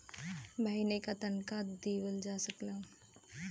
महीने का तनखा देवल जा सकला